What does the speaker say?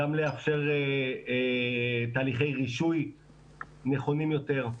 גם לאפשר תהליכי רישוי נכונים יותר,